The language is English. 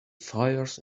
fires